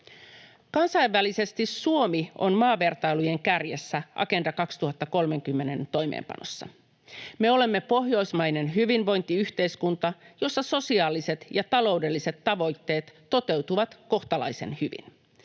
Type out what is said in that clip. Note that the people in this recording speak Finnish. Kansainvälisesti Suomi on maavertailujen kärjessä Agenda 2030:n toimeenpanossa. Me olemme pohjoismainen hyvinvointiyhteiskunta, jossa sosiaaliset ja taloudelliset tavoitteet toteutuvat kohtalaisen hyvin.